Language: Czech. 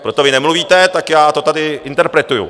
Protože vy nemluvíte, tak já to tady interpretuji.